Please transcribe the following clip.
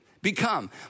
become